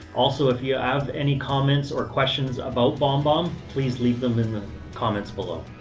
also, if you have any comments or questions about bombbomb, please leave them in the comments below.